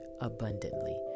abundantly